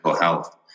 health